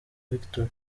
victory